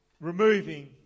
removing